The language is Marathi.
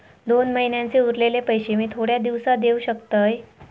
दोन महिन्यांचे उरलेले पैशे मी थोड्या दिवसा देव शकतय?